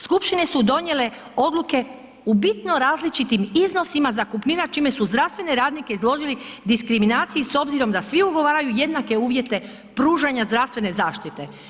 Skupštine su donijele odluke u bitno različitim iznosima zakupnina čime su zdravstvene radnike izložili diskriminaciji s obzirom da svi ugovaraju jednake uvjete pružanja zdravstvene zaštite.